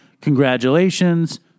congratulations